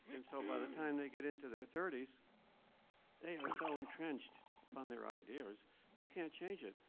and so by the time they get into their thirty s they are so entrenched on their ideas you can't change it.